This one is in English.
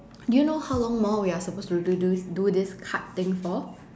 do you know how long more we're supposed to do do this card thing for